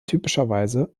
typischerweise